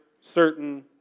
certain